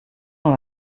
dans